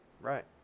Right